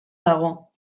dago